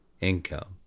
income